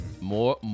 More